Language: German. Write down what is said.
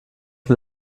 mit